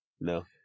No